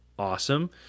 Awesome